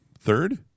third